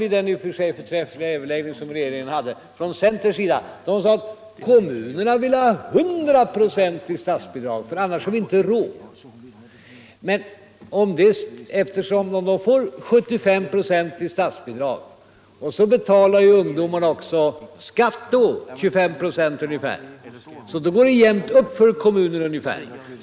Under den i och för sig förträffliga överläggning som regeringen hade med kommunalmännen framhöll nämligen centerns representanter att kommunerna vill ha 100 96 statsbidrag — annars har de inte råd med praktikantverksamheten. Men om kommunerna får 75 96 i statsbidrag och ungdomarna betalar ungefär 25 96 i skatt, går det ungefär jämnt upp för kommunerna.